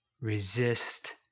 Resist